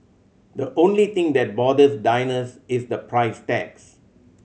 the only thing that bothers diners is the price tags